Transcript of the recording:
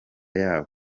yabo